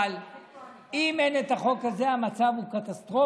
אבל אם אין את החוק הזה, המצב הוא קטסטרופה.